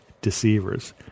deceivers